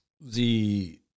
The-